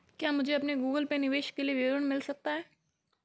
क्या मुझे अपने गूगल पे निवेश के लिए विवरण मिल सकता है?